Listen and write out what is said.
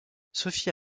sophie